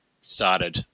started